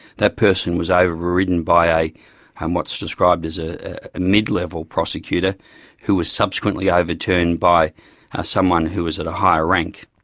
that person was overridden by a um what's described as a mid-level prosecutor who was subsequently overturned by someone who was at a higher rank.